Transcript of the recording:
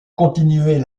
continuer